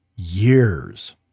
Years